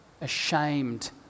ashamed